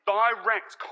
direct